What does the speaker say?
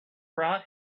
brought